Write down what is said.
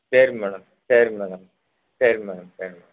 சரி மேடம் சரி மேடம் சரி மேடம் தேங்க்யூ